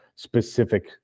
specific